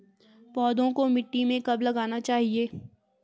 पौधों को मिट्टी में कब लगाना चाहिए?